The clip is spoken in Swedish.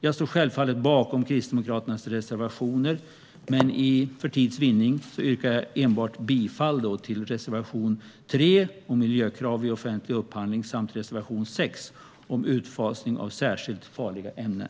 Jag står självfallet bakom Kristdemokraternas reservationer, men för tids vinnande yrkar jag enbart bifall till reservation 3 om miljökrav vid offentlig upphandling samt till reservation 6 om utfasning av särskilt farliga ämnen.